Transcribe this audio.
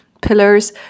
pillars